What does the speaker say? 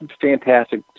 fantastic